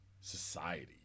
society